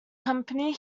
company